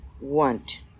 want